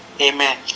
Amen